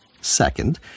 Second